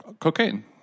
cocaine